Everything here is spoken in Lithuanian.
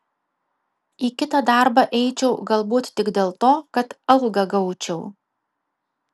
į kitą darbą eičiau galbūt tik dėl to kad algą gaučiau